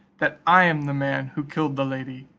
that i am the man who killed the lady,